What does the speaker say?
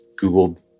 googled